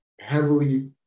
heavily